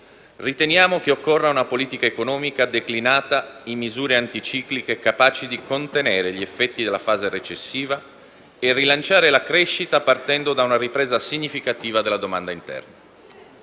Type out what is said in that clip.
Riteniamo che occorra una politica economica declinata in misure anticicliche capaci di contenere gli effetti della fase recessiva e rilanciare la crescita, partendo da una ripresa significativa della domanda interna.